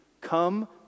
Come